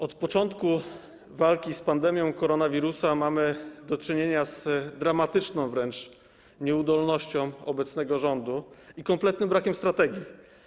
Od początku walki z pandemią koronawirusa mamy do czynienia z dramatyczną wręcz nieudolnością obecnego rządu i kompletnym brakiem strategii.